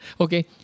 Okay